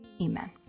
Amen